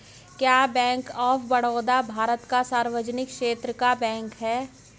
क्या bank of Baroda Bharat का सार्वजनिक क्षेत्र का बैंक है?